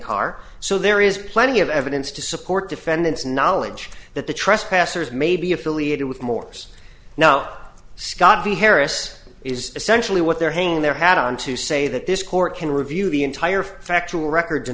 car so there is plenty of evidence to support defendant's knowledge that the trespassers may be affiliated with morse now scott the harris is essentially what they're hanging their hat on to say that this court can review the entire factual